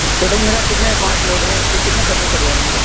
total میرا کتنے پانچ لوگ ہیں اس کے کتنے خرچے پڑ جائیں گے